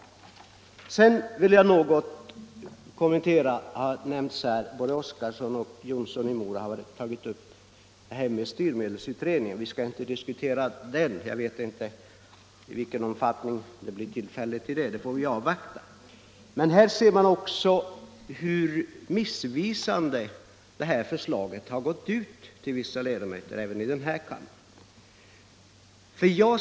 Både herr Oskarson och herr Jonsson i Mora har berört styrmedelsutredningen. Vi skall inte diskutera den. Jag vet inte i vilken omfattning det blir tillfälle till det senare. Det får vi se. Även här ser man på vilket missvisande sätt förslaget har gått ut till vissa ledamöter också i denna kammare.